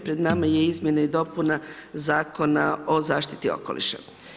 Pred nama je izmjena i dopuna Zakona o zaštiti okoliša.